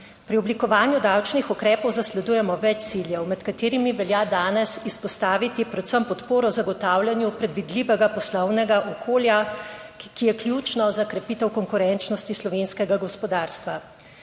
Pri oblikovanju davčnih ukrepov zasledujemo več ciljev, med katerimi velja danes izpostaviti predvsem podporo zagotavljanju predvidljivega poslovnega okolja, ki je ključno za krepitev konkurenčnosti slovenskega gospodarstva,